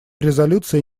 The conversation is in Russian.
резолюции